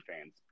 fans